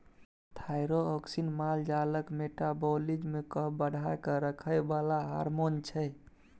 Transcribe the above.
thyroxine माल जालक metabolism केँ बढ़ा कए राखय बला हार्मोन छै